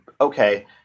okay